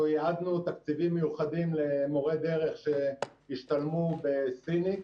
אנחנו ייעדנו תקציבים מיוחדים למורי דרך שישתלמו בסינית,